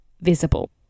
visible